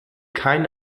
kein